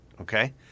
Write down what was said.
Okay